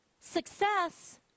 success